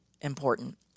important